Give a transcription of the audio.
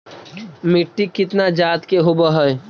मिट्टी कितना जात के होब हय?